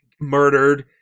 murdered